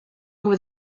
would